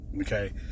Okay